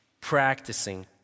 Practicing